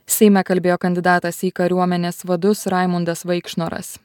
seime kalbėjo kandidatas į kariuomenės vadus raimundas vaikšnoras